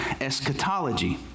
eschatology